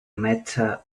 matter